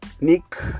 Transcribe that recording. Nick